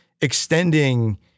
extending